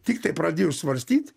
tiktai pradėjus svarstyt